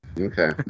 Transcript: Okay